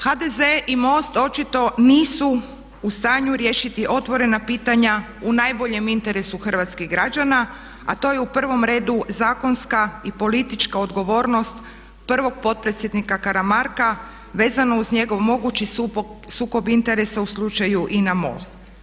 HDZ i MOST očito nisu u stanju riješiti otvorena pitanja u najboljem interesu hrvatskih građana a to je u prvom redu zakonska i politička odgovornost prvog potpredsjednika Karamarka vezano uz njegov mogući sukob interesa u slučaju INA MOL.